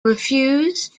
refused